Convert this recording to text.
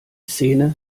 szene